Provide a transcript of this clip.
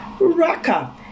Raka